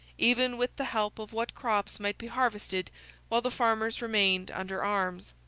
even with the help of what crops might be harvested while the farmers remained under arms.